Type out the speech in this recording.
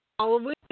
Halloween